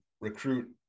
recruit